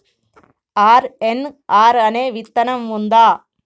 RNR అనే విత్తనం ఉందా?